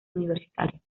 universitarios